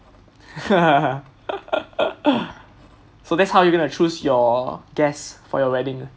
so that's how you gonna choose your guests for your wedding lah